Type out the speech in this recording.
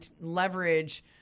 leverage